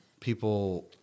people